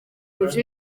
kurusha